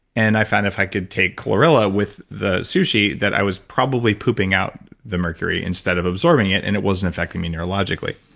and i found if i could take chlorella with the sushi, that i was probably pooping out the mercury instead of absorbing it, and it wasn't affecting me neurologically.